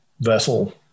vessel